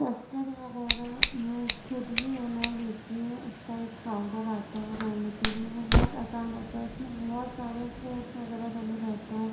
custard وغیرہ میں خود بھی بنا لیتی ہوں اُس کا ایک پاؤڈر آتا ہے بنانے کے لیے وہ بہت آسان رہتا ہے اُس میں بہت سارے فروٹس وغیرہ ڈلے رہتے ہیں